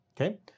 Okay